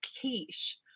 quiche